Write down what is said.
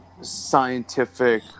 scientific